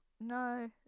No